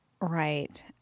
Right